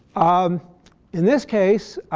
um in this case,